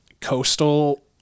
coastal